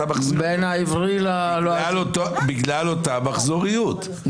בגלל אותה מחזוריות.